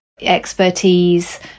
expertise